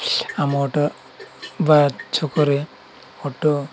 ଆମ ଅଟୋ ବା ଛକରେ ଅଟୋ